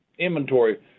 inventory